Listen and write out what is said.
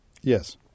Yes